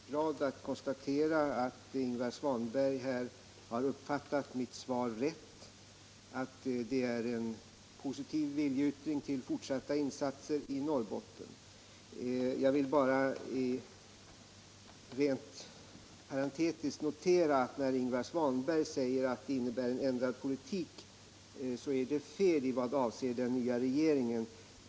Herr talman! Jag är glad att kunna konstatera att Ingvar Svanberg har uppfattat mitt svar rätt, nämligen att det är en positiv viljeyttring till fortsatta insatser i Norrbotten. Jag vill bara rent parentetiskt notera att när Ingvar Svanberg förmodar att det innebär en ändrad politik är det fel i vad avser den nya regeringen.